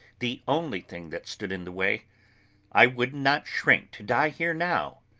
the only thing that stood in the way i would not shrink to die here, now,